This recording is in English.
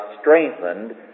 strengthened